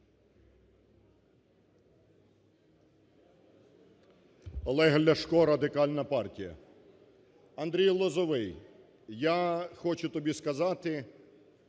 Олег Ляшко, Радикальна партія. Андрій Лозовой, я хочу тобі сказати,